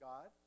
God